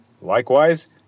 likewise